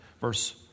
verse